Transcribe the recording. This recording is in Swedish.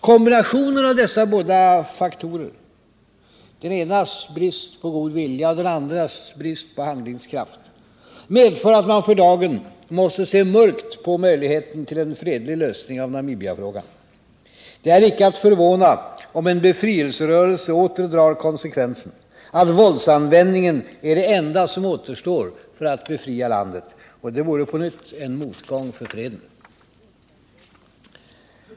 Kombinationen av dessa båda faktorer — den enas brist på god vilja och den andres brist på handlingskraft — medför att man för dagen måste se mörkt på möjligheten till en fredlig lösning av Namibiafrågan. Det är icke att förvåna om en befrielserörelse åter drar konsekvensen att våldsanvändningen är det enda som återstår för att befria landet. Det vore på nytt en motgång för freden.